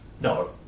No